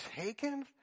taken